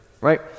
right